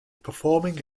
performing